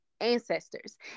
ancestors